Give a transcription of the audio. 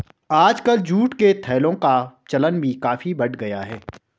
आजकल जूट के थैलों का चलन भी काफी बढ़ गया है